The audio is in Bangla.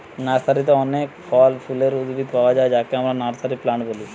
নার্সারিতে অনেক ফল ফুলের উদ্ভিদ পায়া যায় যাকে আমরা নার্সারি প্লান্ট বলি